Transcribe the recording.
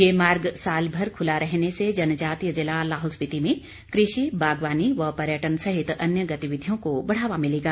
ये मार्ग सालभर खुला रहने से जनजातीय जिला लाहौल स्पिति में कृषि बागवानी व पर्यटन सहित अन्य गतिविधियों को बढ़ावा मिलेगा